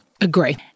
Agree